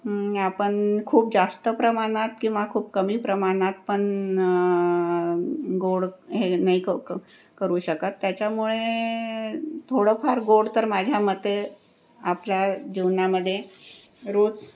आपण खूप जास्त प्रमाणात किंवा खूप कमी प्रमाणात पण गोड हे नाही क करू शकत त्याच्यामुळे थोडंफार गोड तर माझ्या मते आपल्या जीवनामध्ये रोज